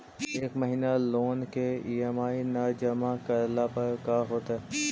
एक महिना लोन के ई.एम.आई न जमा करला पर का होतइ?